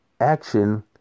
action